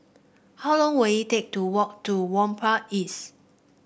how long will it take to walk to Whampoa East